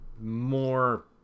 more